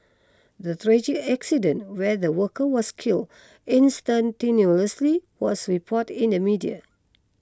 the tragic accident where the worker was killed instantaneously was reported in the media